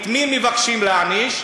את מי מבקשים להעניש?